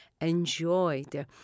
enjoyed